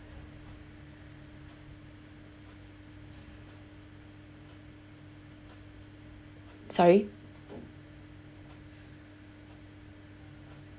sorry